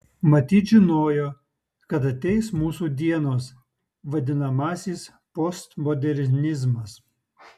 matyt žinojo kad ateis mūsų dienos vadinamasis postmodernizmas